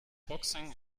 boxing